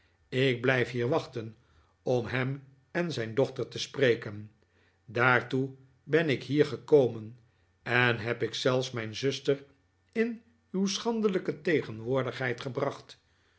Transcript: ik blijf hier wachten om hem en zijn dochter te spreken daartoe ben ik hier gekomen en heb ik zelfs mijn zuster in uw schandelijke tegenwoordigheid gebracht